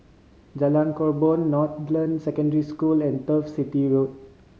Jalan Korban Northland Secondary School and Turf City Road